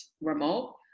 remote